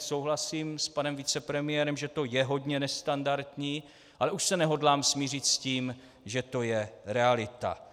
Souhlasím s panem vicepremiérem, že to je hodně nestandardní, ale už se nehodlám smířit s tím, že to je realita.